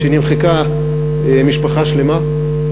שנמחקה משפחה שלמה.